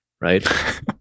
right